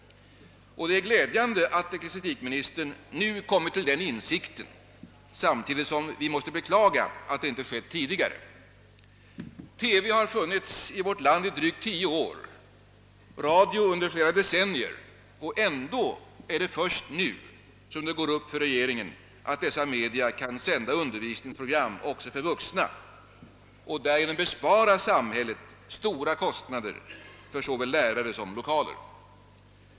Det är glädjande att ecklesiastikministern nu kommit till den insikten, samtidigt som vi måste beklaga att det inte skett tidigare. TV har funnits i vårt land i drygt tio år, radio under flera decennier, och ändå går det först nu upp för regeringen att dessa media kan sända undervisningsprogram också för vuxna och därigenom bespara samhället stora kostnader för såväl lärare som lokaler.